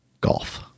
golf